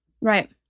Right